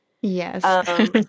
Yes